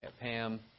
Pam